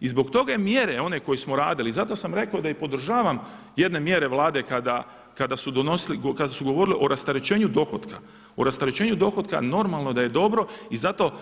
I zbog toga mjere one koje smo radili, i zato sam rekao da i podržavam jedne mjere Vlade kada su govorili o rasterećenju dohotka, o rasterećenju dohotka, normalno da je dobro i zato